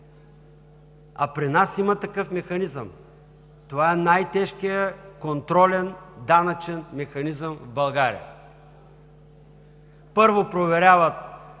а при нас има такъв механизъм. Това е най-тежкият контролен данъчен механизъм в България. Първо, проверява